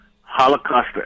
Holocaust